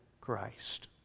Christ